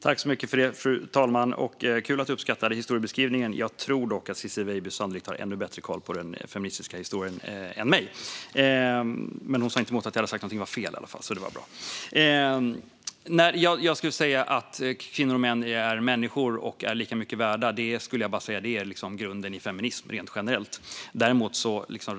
Fru talman! Det var kul att Ciczie Weidby uppskattade min historieskrivning. Jag tror dock att Ciczie Weidby har ännu bättre koll på den feministiska historien än vad jag har. Hon sa i alla fall inte att jag hade sagt någonting som var fel, så det var bra. Att kvinnor och män är människor och är lika mycket värda är grunden för feminism generellt, skulle jag säga.